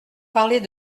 parlez